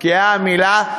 נתקעה המילה,